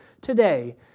today